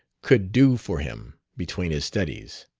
could do for him between his studies.